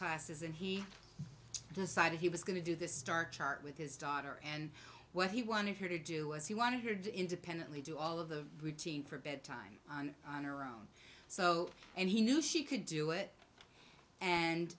classes and he decided he was going to do the star chart with his daughter and what he wanted her to do was he wanted her to independently do all of the routine for bedtime so and he knew she could do it and